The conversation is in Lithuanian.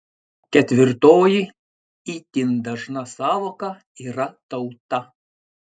ketvirtoji itin dažna sąvoka yra tauta